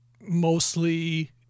mostly